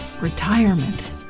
Retirement